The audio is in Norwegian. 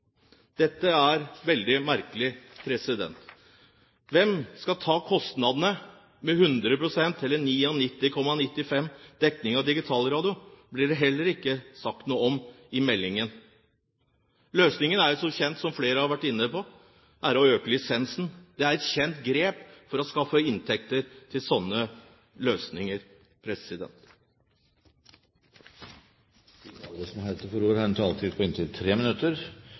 Dette er veldig merkelig. Hvem som skal ta kostnadene med 99,95 pst. dekning av digitalradio, blir det heller ikke sagt noe om i meldingen. Løsningen er som kjent, som flere har vært inne på, å øke lisensen. Det er et kjent grep for å skaffe inntekter til slike løsninger. De talere som heretter får ordet, har en taletid på inntil 3 minutter.